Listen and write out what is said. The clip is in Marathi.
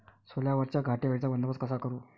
सोल्यावरच्या घाटे अळीचा बंदोबस्त कसा करू?